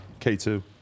K2